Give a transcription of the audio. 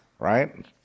Right